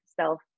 self